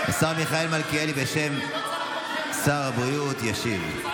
השר מיכאל מלכיאלי, בשם שר הבריאות, ישיב.